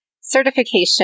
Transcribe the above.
certification